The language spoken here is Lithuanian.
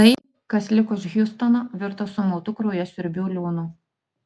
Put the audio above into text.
tai kas liko iš hjustono virto sumautu kraujasiurbių liūnu